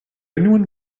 anyone